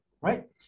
right